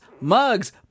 mugs